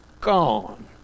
gone